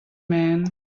man